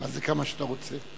מה זה כמה שאתה רוצה?